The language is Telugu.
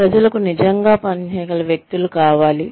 ప్రజలకు నిజంగా పని చేయగల వ్యక్తులు కావాలి